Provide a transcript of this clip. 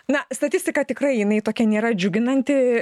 na statistika tikrai jinai tokia nėra džiuginanti